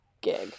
gig